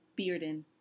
Bearden